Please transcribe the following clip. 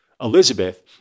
Elizabeth